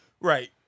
Right